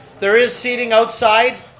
there is seating outside,